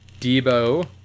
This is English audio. Debo